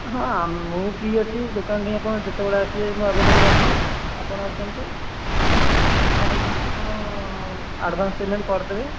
ହଁ ମୁଁ ଫ୍ରୀ ଅଛି ଦୋକାନ ଠେଇଁ ଯେତେବେଳେ ଆସିବେ ମୁଁ ଆଭେଲେବଲ୍ ଅଛି ଆପଣ ଆସନ୍ତୁ ଦେଖା ହେଇ ଯିବା ଆପଣ ଆଡ଼ଭାନ୍ସ୍ ପେମେଣ୍ଟ୍ କର ଦେବେ